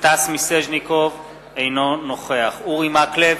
סטס מיסז'ניקוב, אינו נוכח אורי מקלב,